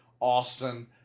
Austin